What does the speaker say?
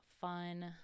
fun